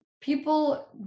People